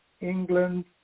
England